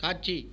காட்சி